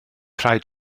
rhaid